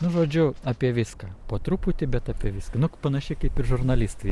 nu žodžiu apie viską po truputį bet apie viską nu panašiai kaip ir žurnalistai